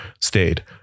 stayed